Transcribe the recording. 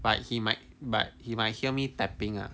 but he might but he might hear me typing lah